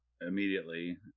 immediately